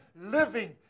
living